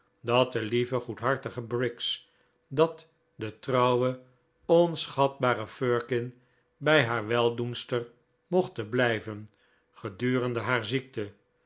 dat de lieve goedhartige briggs dat de trouwe onschatbare firkin bij haar weldoenster mochten blijven gedurende haar ziekte